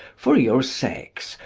for your sakes,